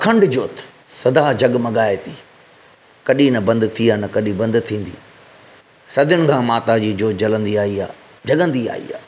अखंड जोति सदा जगमगाए थी कॾहिं न बंदि थी आहे न कॾहिं बंदि थींदी सदियुनि खां माता जी जोति जलंदी आई आहे जगंदी आई आहे